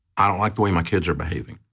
i don't like the way my kids are behaving,